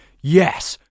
yes